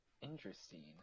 Interesting